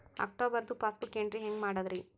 ಅಕ್ಟೋಬರ್ದು passbook entry ಹೆಂಗ್ ಮಾಡದ್ರಿ?